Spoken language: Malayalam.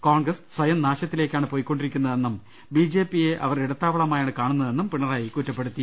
കോൺഗ്രസ് സിയം നാശത്തിലേക്കാണ് പൊയ്ക്കൊണ്ടിരി ക്കുന്നതെന്നും ബി ജെ പി യെ അവർ ഇടത്താവളമായാണ് കാണു ന്നതെന്നും പിണ്റായി കുറ്റപ്പെടുത്തി